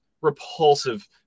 repulsive –